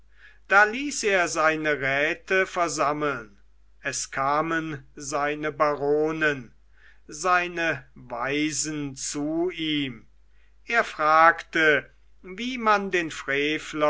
da ließ er seine räte versammeln es kamen seine baronen seine weisen zu ihm er fragte wie man den